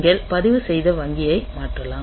நீங்கள் பதிவுசெய்த வங்கியை மாற்றலாம்